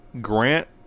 Grant